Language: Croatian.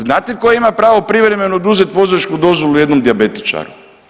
Znate tko ima pravo privremeno oduzet vozačku dozvolu jednom dijabetičaru?